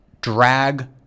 drag